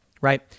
right